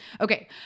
Okay